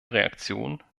reaktion